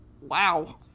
wow